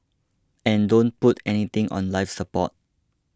and don't put anything on life support